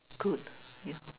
good if